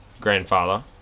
grandfather